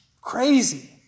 crazy